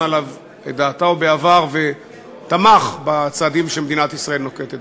עליה את דעתו בעבר ותמך בצעדים שמדינת ישראל נוקטת.